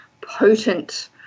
potent